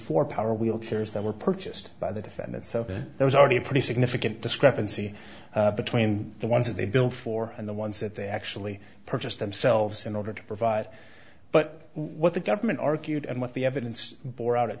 four power wheelchairs that were purchased by the defendant so there was already a pretty significant discrepancy between the ones that they billed for and the ones that they actually purchased themselves in order to provide but what the government argued and what the evidence bore out at